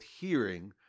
hearing